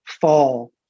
fall